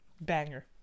Banger